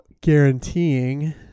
guaranteeing